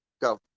go